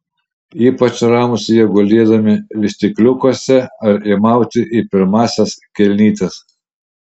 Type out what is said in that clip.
ypač ramūs jie gulėdami vystykliukuose ar įmauti į pirmąsias kelnytes